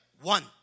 one